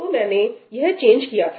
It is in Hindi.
तो मैंने यह चेंज किया था